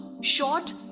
short